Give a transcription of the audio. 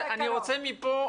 אני רוצה מפה,